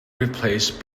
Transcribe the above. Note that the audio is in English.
replaced